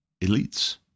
elites